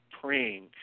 praying